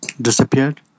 disappeared